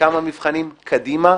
וכמה מבחנים קדימה?